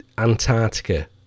Antarctica